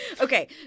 Okay